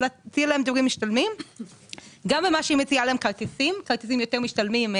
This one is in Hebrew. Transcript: ולהציע להם דברים משתלמים גם בכרטיסים כרטיסים יותר משתלמים,